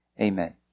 Amen